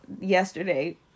yesterday